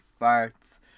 farts